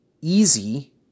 easy